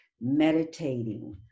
meditating